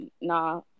nah